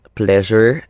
pleasure